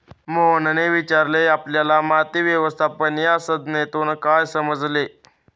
मोहनने विचारले आपल्याला माती व्यवस्थापन या संज्ञेतून काय समजले?